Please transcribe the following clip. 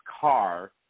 car